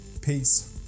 peace